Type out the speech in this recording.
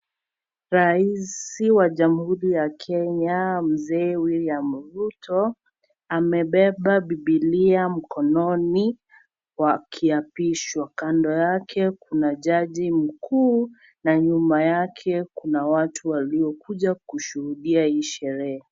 Rais wa jamhuri ya Kenya mzee William Ruto amebeba bibilia mkononi wakiapishwa ,kando yake kuna jaji mkuu na nyuma yake kuna watu waliokuja kushuhudia sherehe.